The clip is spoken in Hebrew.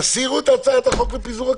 תסירו את הצעת החוק לפיזור הכנסת.